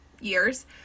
years